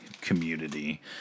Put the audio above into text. community